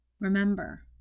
Remember